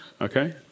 Okay